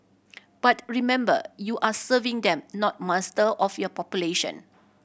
but remember you are serving them not master of your population